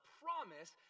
promise